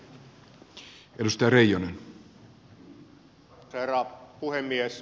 arvoisa herra puhemies